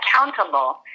accountable